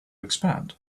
expand